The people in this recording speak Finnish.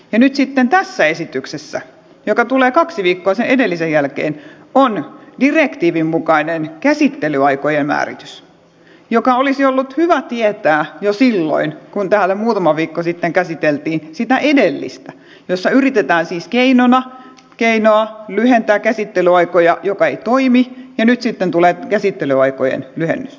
nyt sitten tässä esityksessä joka tulee kaksi viikkoa sen edellisen jälkeen on direktiivin mukainen käsittelyaikojen määritys joka olisi ollut hyvä tietää jo silloin kun täällä muutama viikko sitten käsiteltiin sitä edellistä jossa yritetään siis keinoa lyhentää käsittelyaikoja joka ei toimi ja nyt sitten tulee käsittelyaikojen lyhennys